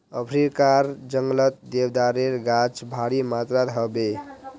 अफ्रीकार जंगलत देवदारेर गाछ भारी मात्रात ह बे